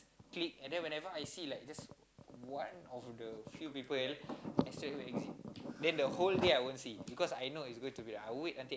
click and then whenever I see like just one of the few people then the whole day I won't see I will wait until